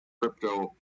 crypto